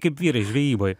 kaip vyrai žvejyboj